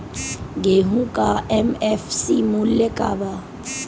गेहू का एम.एफ.सी मूल्य का बा?